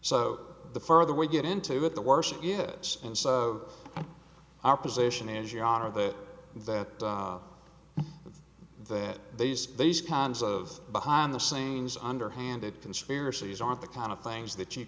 so the further we get into it the worse of it and so our position is your honor that that that these these kinds of behind the scenes underhanded conspiracies are the kind of things that you